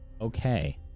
Okay